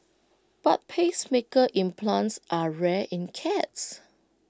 but pacemaker implants are rare in cats